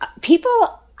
people